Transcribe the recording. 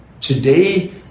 today